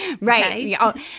Right